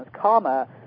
karma